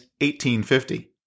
1850